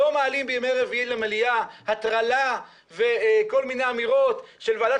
לא מעלים בימי רביעי למליאה הטרלה וכל מיני אמירות על ועדת